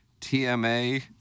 TMA